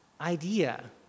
idea